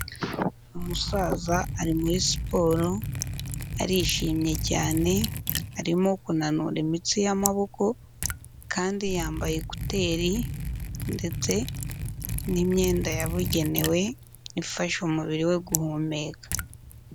Umusaza ari muri siporo, arishimye cyane, arimo kunanura imitsi y'amaboko kandi yambaye kuteri ndetse n'imyenda yabugenewe ifasha umubiri we guhumeka.